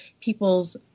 people's